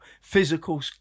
physical